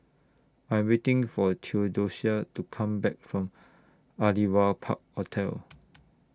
I'm waiting For Theodocia to Come Back from Aliwal Park Hotel